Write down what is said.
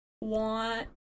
want